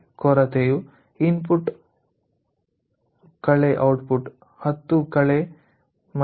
ಕೊರತೆಯು input - output 10 2